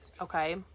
Okay